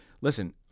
listen